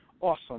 Awesome